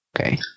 Okay